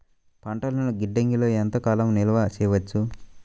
పంటలను గిడ్డంగిలలో ఎంత కాలం నిలవ చెయ్యవచ్చు?